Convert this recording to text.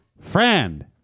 friend